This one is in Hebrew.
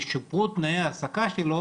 ישופרו תנאי ההעסקה שלו,